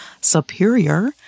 superior